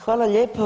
Hvala lijepo.